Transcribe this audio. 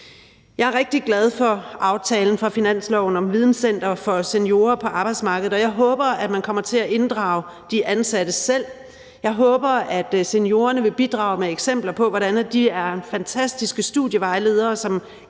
Jeg er rigtig glad for aftalen i finansloven om et videnscenter for seniorer på arbejdsmarkedet, og jeg håber, at man kommer til at inddrage de ansatte selv. Jeg håber, at seniorerne vil bidrage med eksempler på, hvordan de er fantastiske studievejledere, som